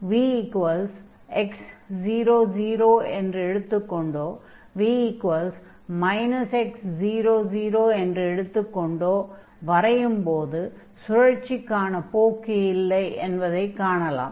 vx00 என்று எடுத்துக் கொண்டோ v x00 என்று எடுத்துக் கொண்டோ வரையும்போது சுழற்சிக்கான போக்கு இல்லை என்பதைக் காணலாம்